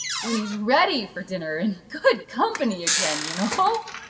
when he's ready for dinner and good company again, you know ha!